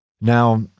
Now